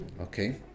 okay